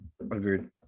Agreed